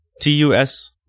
T-U-S